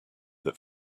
that